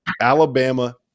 Alabama